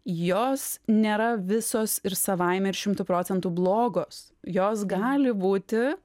jos nėra visos ir savaime ir šimtu procentų blogos jos gali būti